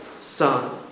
son